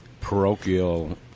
parochial